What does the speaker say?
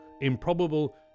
improbable